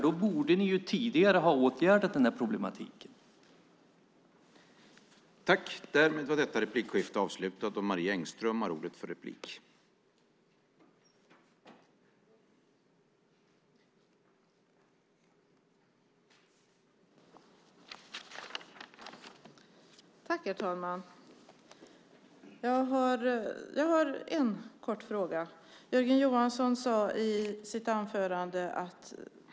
I så fall borde ni ha åtgärdat den problematiken tidigare.